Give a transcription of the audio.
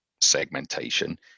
segmentation